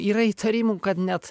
yra įtarimų kad net